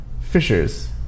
fishers